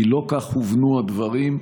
כי לא כך הובנו הדברים.